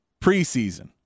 preseason